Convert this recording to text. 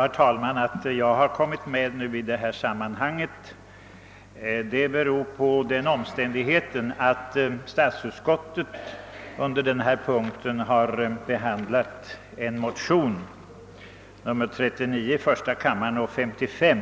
Herr talman! Att jag har kommit med som talare i detta sammanhang beror på den omständigheten, att statsutskottet under denna punkt har behandlat en motion — nr 39 i första kammaren och nr 55